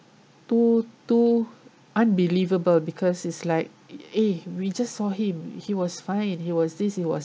too too unbelievable because it's like eh we just saw him he was fine he was this he was